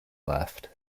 left